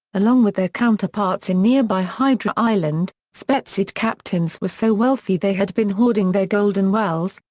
along with their counterparts in nearby hydra island, spetsiote captains were so wealthy they had been hoarding their gold in wells,